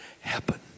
happen